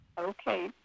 Okay